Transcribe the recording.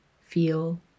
feel